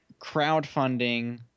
crowdfunding